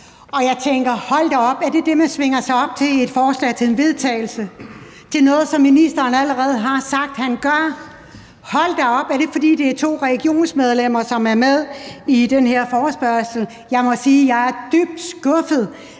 jeg tænker: Hold da op, er det det, man svinger sig op til i et forslag til vedtagelse – noget, som ministeren allerede har sagt at han gør? Hold da op, er det, fordi det er to regionsmedlemmer, som er med i den her forespørgsel? Jeg må sige, at jeg er dybt skuffet.